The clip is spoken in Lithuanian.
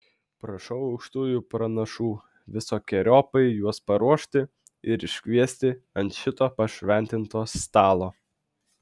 prašau aukštųjų pranašų visokeriopai juos paruošti ir iškviesti ant šito pašventinto stalo